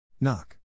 Knock